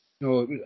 No